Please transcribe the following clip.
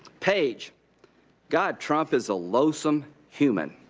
page god, trump is a loathsome human.